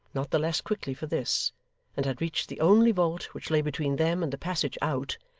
not the less quickly for this and had reached the only vault which lay between them and the passage out,